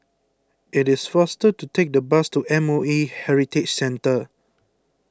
it is faster to take the bus to M O A Heritage Centre